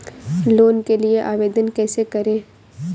Loan के लिए आवेदन कैसे करें?